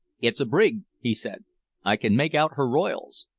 it's a brig, he said i can make out her royals.